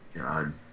God